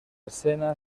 escena